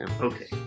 Okay